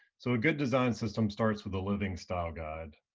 so a good design system starts with a living style guide.